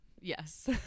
yes